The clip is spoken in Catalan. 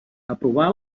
aprovà